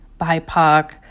BIPOC